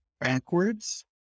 backwards